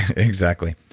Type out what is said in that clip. exactly.